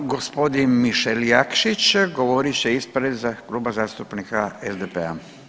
Gospodin Mišel Jakšić, govorit će ispred Kluba zastupnika SDP-a.